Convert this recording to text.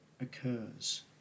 occurs